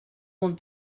want